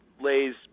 lays